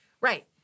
Right